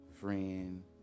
friend